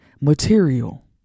Material